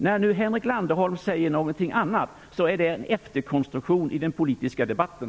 När nu Henrik Landerholm säger någonting annat är det en efterkonstruktion i den politiska debatten.